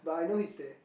but I know he is there